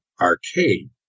arcade